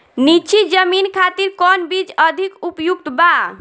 नीची जमीन खातिर कौन बीज अधिक उपयुक्त बा?